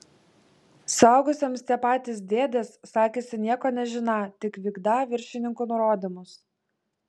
suaugusiems tie patys dėdės sakėsi nieko nežiną tik vykdą viršininkų nurodymus